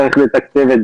שנצטרך לתקצב,